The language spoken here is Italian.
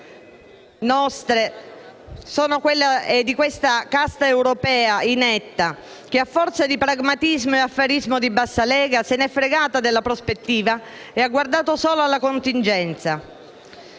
è anche dell'inetta casta europea che, a forza di pragmatismo e affarismo di bassa lega, se n'è fregata della prospettiva e ha guardato solo alla contingenza.